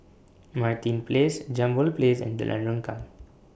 Martin Place Jambol Place and Jalan Rengkam